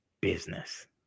business